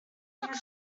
looked